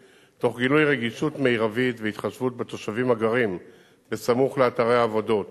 תוך גילוי רגישות מרבית והתחשבות בתושבים הגרים סמוך לאתרי העבודות,